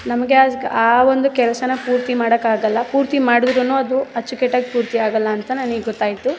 ನಮಗೆ ಆಜ್ ಆ ಒಂದು ಕೆಲ್ಸನ ಪೂರ್ತಿ ಮಾಡೋಕೆ ಆಗೋಲ್ಲ ಪೂರ್ತಿ ಮಾಡಿದ್ರೂನು ಅದು ಅಚ್ಚುಕಟ್ಟಾಗಿ ಪೂರ್ತಿ ಆಗೋಲ್ಲ ಅಂತ ನನಗೆ ಗೊತ್ತಾಯಿತು